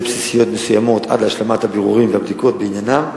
בסיסיות מסוימות עד להשלמת הבירורים והבדיקות בעניינם.